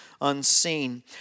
unseen